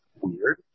weird